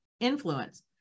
influence